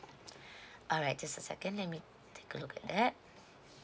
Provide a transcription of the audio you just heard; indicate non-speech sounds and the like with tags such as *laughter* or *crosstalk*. *breath* alright is a second let me take a look at that